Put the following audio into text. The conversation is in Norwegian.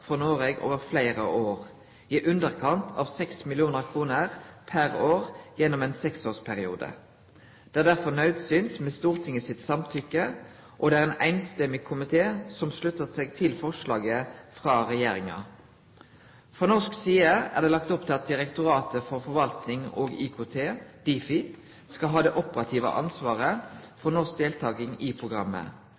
Noreg over fleire år, i underkant av 6 mill. kr per år gjennom ein seksårsperiode. Det er derfor naudsynt med Stortinget sitt samtykke, og det er ein samrøystes komité som sluttar seg til forslaget frå regjeringa. Frå norsk side er det lagt opp til at Direktoratet for forvaltning og IKT, Difi, skal ha det operative ansvaret